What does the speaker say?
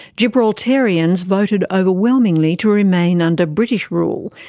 gibraltarians voted overwhelmingly to remain under british rule,